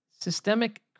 systemic